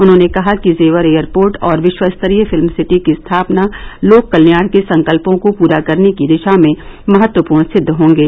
उन्होंने कहा कि जेवर एयरपोर्ट और विश्वस्तरीय फिल्म सिटी की स्थापना लोक कल्याण के संकल्पों को पूरा करने की दिशा में महत्वपूर्ण सिद्द होंगे